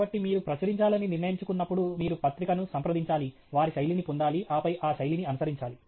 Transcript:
కాబట్టి మీరు ప్రచురించాలని నిర్ణయించుకున్నప్పుడు మీరు పత్రికను సంప్రదించాలి వారి శైలిని పొందాలి ఆపై ఆ శైలిని అనుసరించాలి